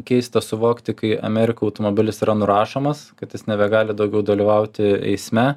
keista suvokti kai amerikoj automobilis yra nurašomas kad jis nebegali daugiau dalyvauti eisme